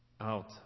out